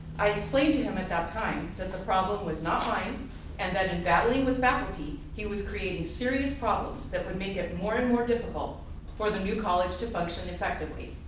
i explained to him at that that the problem was not mine and that in battling with faculty, he was creating serious problems that would make it more and more difficult for the new college to function effectively.